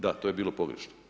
Da, to je bilo pogrešno.